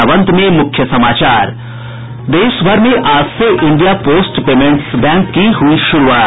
और अब अंत में मुख्य समाचार देशभर में आज से इंडिया पोस्ट पेमेंट्स बैंक की हुई शुरूआत